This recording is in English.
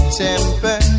temper